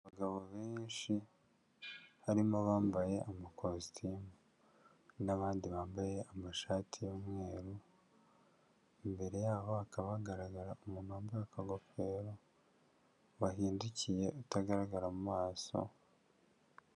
Abagabo benshi harimo abambaye amakositimu n'abandi bambaye amashati y'umweru, imbere yabo hakaba hagaragara umuntu wambaye akagofero wahindukiye utagaragara mu mu maso.